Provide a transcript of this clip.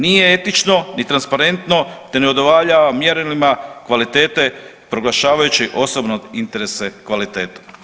Nije etično i transparentno, te ne udovoljava mjerilima kvalitete proglašavajući osobno interese kvalitete.